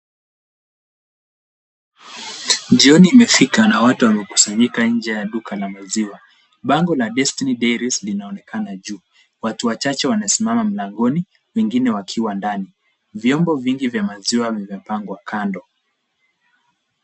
Jioni imefika na watu wamekusanyika nje ya duka la maziwa. Bango la Destiny Dairies linaonekana juu. Watu wachache wanasimama mlangoni, wengine wakiwa ndani. Vyombo vingi vya maziwa vimepangwa kando.